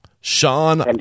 Sean